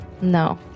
No